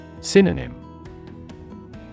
Synonym